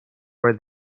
where